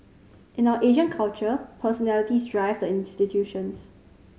in our Asian culture personalities drive the institutions